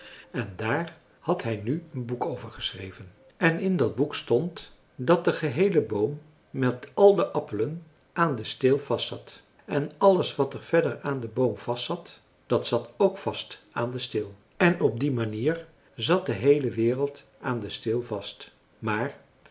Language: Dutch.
en daar had hij nu een boek over geschreven en in dat boek stond dat de geheele boom met al de appelen aan den steel vastzat en alles wat er verder aan den boom vastzat dat zat k vast aan den steel en op die manier zat de heele wereld aan den steel vast maar